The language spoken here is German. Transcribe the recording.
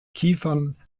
kiefern